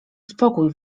spokój